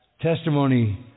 testimony